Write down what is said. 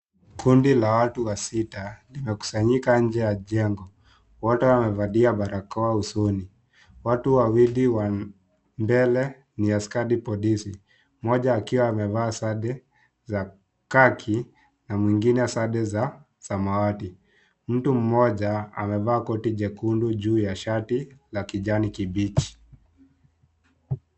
Kundi la watu wasita limekusanyika nje ya jengo , wote wamevalia barakoa usoni . Watu wawili wa mbele ni askari polisi , mmoja akiwa amevaa sade za kaki na mwingine sade za samawati . Mtu mmoja amevaa koti jekundu juu ya shati la kijani kibichi .